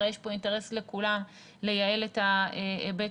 הרי יש פה אינטרס לכולם לייעל את ההיבט